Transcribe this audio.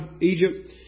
Egypt